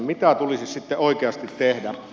mitä tulisi sitten oikeasti tehdä